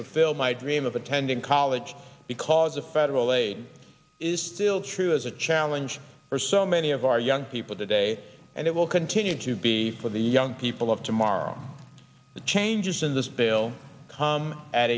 fulfill my dream of attending college because the federal aid is still true as a challenge for so many of our young people today and it will continue to be for the young people of tomorrow the changes in this bill come at